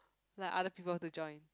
like other people to join